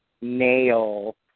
nail